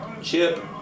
chip